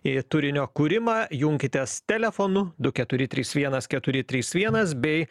ir turinio kūrimą junkitės telefonu du keturi trys vienas keturi trys vienas bei